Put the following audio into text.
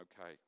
Okay